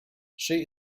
she